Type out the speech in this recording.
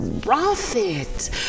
profit